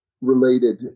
related